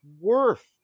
worth